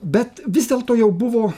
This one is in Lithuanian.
bet vis dėlto jau buvo